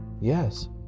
Yes